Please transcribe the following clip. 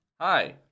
Hi